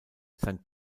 sein